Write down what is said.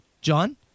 John